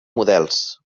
models